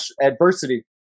adversity